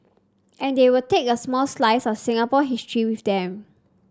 and they will take a small slice of Singapore history with them